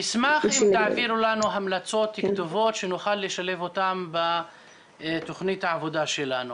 נשמח אם תעבירו לנו המלצות כתובות שנוכל לשלב אותן בתוכנית העבודה שלנו.